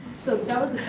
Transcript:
so that